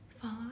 follow